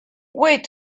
wait